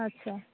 अच्छा